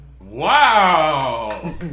Wow